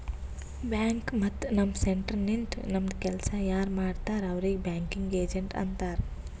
bank ಮತ್ತ ನಮ್ centre ನಿಂತು ನಮ್ದು ಕೆಲ್ಸಾ ಯಾರ್ ಮಾಡ್ತಾರ್ ಅವ್ರಿಗ್ ಬ್ಯಾಂಕಿಂಗ್ ಏಜೆಂಟ್ ಅಂತಾರ್